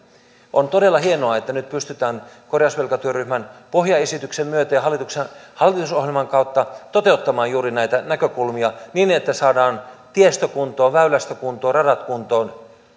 on todella hienoa että nyt pystytään korjausvelkatyöryhmän pohjaesityksen myötä ja hallitusohjelman kautta toteuttamaan juuri näitä näkökulmia niin että saadaan tiestö kuntoon väylästö kuntoon radat kuntoon